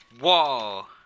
whoa